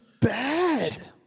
bad